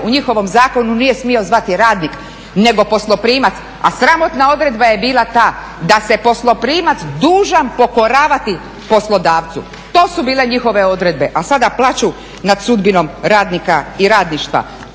u njihovom zakonu nije smio zvati radnik, nego posloprimac, a sramotna odredba je bila ta da se posloprimac dužan pokoravati poslodavcu. To su bile njihove odredbe, a sada plaću nad sudbinom radnika i radništva.